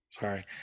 sorry